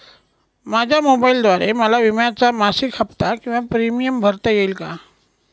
माझ्या मोबाईलद्वारे मला विम्याचा मासिक हफ्ता किंवा प्रीमियम भरता येईल का?